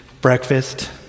breakfast